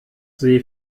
see